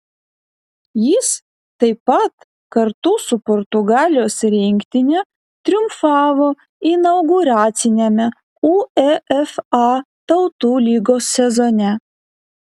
jis taip pat kartu su portugalijos rinktine triumfavo inauguraciniame uefa tautų lygos sezone